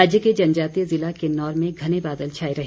राज्य के जनजातीय ज़िला किन्नौर में घने बादल छाए रहे